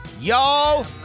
y'all